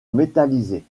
métallisé